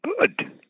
Good